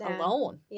alone